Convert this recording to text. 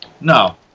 No